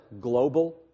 Global